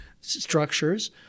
structures